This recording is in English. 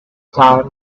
time